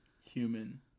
Human